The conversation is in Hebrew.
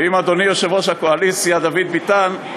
ואם אדוני יושב-ראש הקואליציה דוד ביטן,